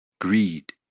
greed